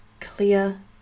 Clear